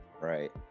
Right